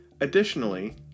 additionally